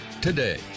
today